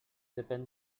depèn